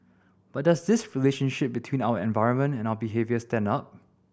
but does this relationship between our environment and our behaviour stand up